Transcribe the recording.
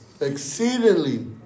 exceedingly